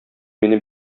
мине